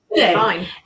fine